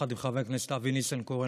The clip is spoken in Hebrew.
יחד עם חבר הכנסת אבי ניסנקורן,